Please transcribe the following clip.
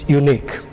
unique